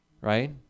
right